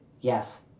Yes